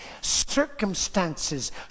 Circumstances